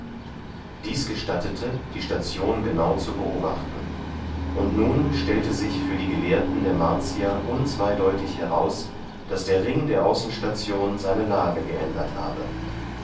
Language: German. dies gestattete die station genau zu beobachten und nun stellte sich für die gelehrten der martier unzweideutig heraus daß der ring der außenstation seine lage geändert habe